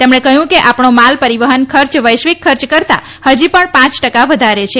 તેમણે કહયું કે આપણો માલ પરીવહન ખર્ચ વૈશ્વિક ખર્ચ કરતા હજીપણ પાંચ ટકા વધારે છે